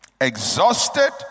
exhausted